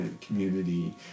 community